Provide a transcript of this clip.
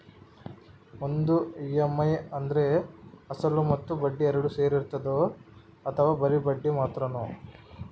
ಒಂದು ಇ.ಎಮ್.ಐ ಅಂದ್ರೆ ಅಸಲು ಮತ್ತೆ ಬಡ್ಡಿ ಎರಡು ಸೇರಿರ್ತದೋ ಅಥವಾ ಬರಿ ಬಡ್ಡಿ ಮಾತ್ರನೋ?